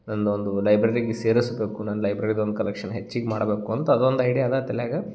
ನನ್ನದು ಒಂದು ಲೈಬ್ರೆರಿಗೆ ಸೇರಿಸ್ಬೇಕು ನನ್ನ ಲೈಬ್ರರಿದು ಒಂದು ಕಲೆಕ್ಷನ್ ಹೆಚ್ಚಿಗೆ ಮಾಡಬೇಕು ಅಂತ ಅದೊಂದು ಐಡ್ಯಾ ಅದ ತಲೆಯಾಗ